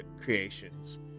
creations